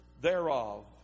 thereof